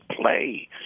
play